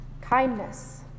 kindness